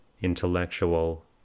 intellectual